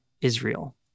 Israel